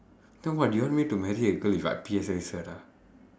then what you want me to marry a girl with what P_S_L_E cert ah